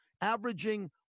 averaging